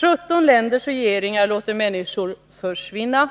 17 länders regeringar låter människor ”försvinna”